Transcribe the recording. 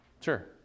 Sure